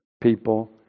people